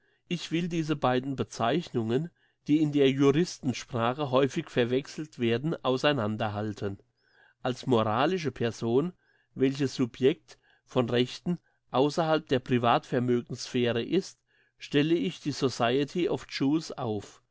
ich will diese beiden bezeichnungen die in der juristensprache häufig verwechselt werden auseinanderhalten als moralische person welche subject von rechten ausserhalb der privat vermögenssphäre ist stelle ich die society of jews auf